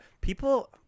People